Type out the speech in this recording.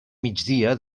migdia